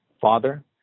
Father